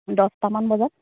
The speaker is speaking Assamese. দহটামান বজাত